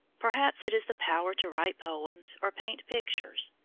perhaps it is the power to write poems or paint pictures.